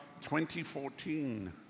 2014